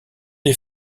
des